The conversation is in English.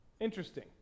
Interesting